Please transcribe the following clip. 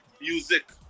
Music